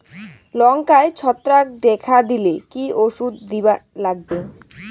লঙ্কায় ছত্রাক দেখা দিলে কি ওষুধ দিবার লাগবে?